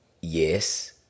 yes